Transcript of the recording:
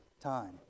time